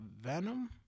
Venom